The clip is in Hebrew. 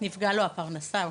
נפגעה לו הפרנסה,